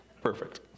Perfect